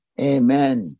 Amen